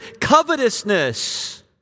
covetousness